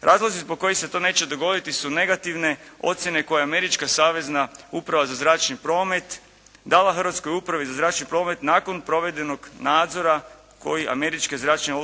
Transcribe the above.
Razlozi zbog kojih se to neće dogoditi su negativne ocjene koje Američka savezna uprava za zračni promet dala Hrvatskoj upravi za zračni promet nakon provedenog nadzora koje američke zračne